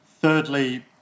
Thirdly